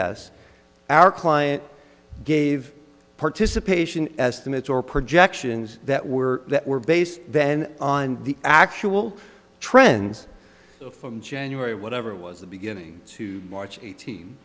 s our client gave participation estimates or projections that were that were based then on the actual trends from january whatever was the beginning to